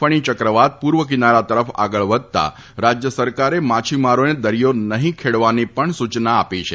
ફણી ચક્રવાત પૂર્વ કિનારા તરફ આગળ વધતા રાજ્ય સરકારે માછીમારોને દરીયો નહીં ખેડવાની પણ સૂચના આપી છે